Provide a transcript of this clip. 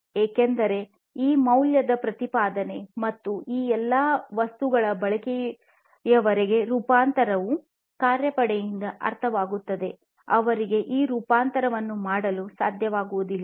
ಏಕೆಂದರೆ ಈ ಮೌಲ್ಯದ ಪ್ರತಿಪಾದನೆ ಮತ್ತು ಈ ಎಲ್ಲ ವಸ್ತುಗಳ ಬಳಕೆಯವರೆಗೆ ರೂಪಾಂತರವು ಕಾರ್ಯಪಡೆಯಿಂದ ಅರ್ಥವಾಗುತ್ತದೆ ಅವರಿಗೆ ಈ ರೂಪಾಂತರವನ್ನು ಮಾಡಲು ಸಾಧ್ಯವಾಗುವುದಿಲ್ಲ